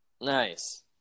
Nice